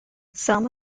some